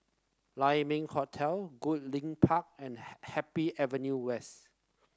Lai Ming Hotel Goodlink Park and Happy Avenue West